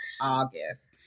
August